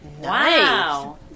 Wow